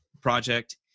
project